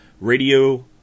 radio